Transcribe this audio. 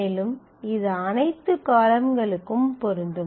மேலும் இது அனைத்து காலம்களுக்கும் பொருந்தும்